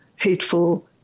hateful